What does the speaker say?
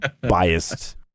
biased